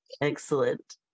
excellent